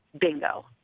Bingo